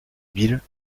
bill